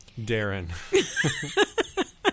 Darren